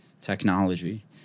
technology